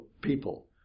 people